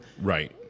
right